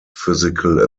physical